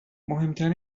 مهمتر